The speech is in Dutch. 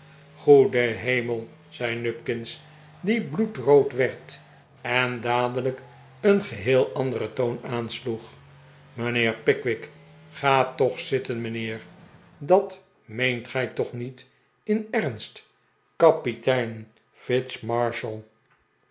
goede hemel zei nupkins die bloedrood werd en dadelijk een geheel anderen toon aansloeg mijnheer pickwick ga toch zitten mijnheer dat meent gij toch niet in ernst kapitein